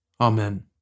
Amen